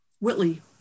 Whitley